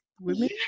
women